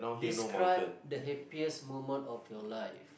describe the happiest moment of your life